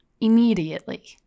immediately